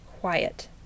quiet